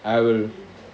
I will